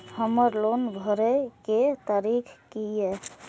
हमर लोन भरए के तारीख की ये?